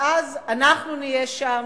ואז אנחנו נהיה שם,